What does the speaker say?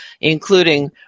including